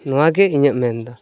ᱱᱚᱣᱟᱜᱮ ᱤᱧᱟᱹᱜ ᱢᱮᱱᱫᱚ